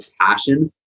passion